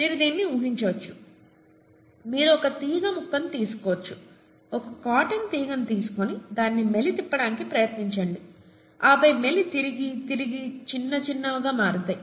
మీరు దీన్ని ఊహించవచ్చు మీరు ఒక తీగ ముక్కను తీసుకోవచ్చు ఒక కాటన్ తీగను తీసుకొని దానిని మెలితిప్పడానికి ప్రయత్నించండి ఆపై మెలి తిరిగి తిరిగి చిన్న చిన్నవిగా మారతాయి